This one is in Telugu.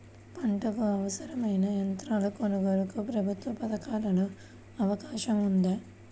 పంటకు అవసరమైన యంత్రాల కొనగోలుకు ప్రభుత్వ పథకాలలో అవకాశం ఉందా?